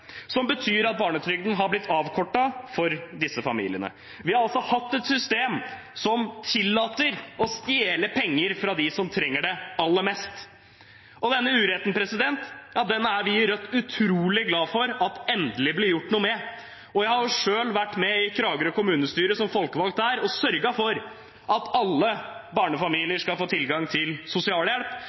betyr at barnetrygden er blitt avkortet for disse familiene. Vi har altså hatt et system som tillater å stjele penger fra dem som trenger det aller mest. Denne uretten er vi i Rødt utrolig glad for at endelig blir gjort noe med. Jeg har selv vært med som folkevalgt i Kragerø kommunestyre og sørget for at alle barnefamilier skal få tilgang til sosialhjelp.